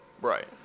Right